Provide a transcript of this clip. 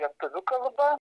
lietuvių kalba